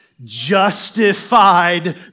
justified